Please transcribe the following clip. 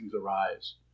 arise